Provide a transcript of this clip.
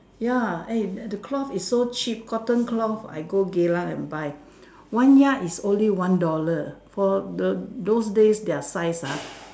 ya eh the cloth is so cheap cotton cloth I go Geylang and buy one yard is only one dollar for the those days their size ah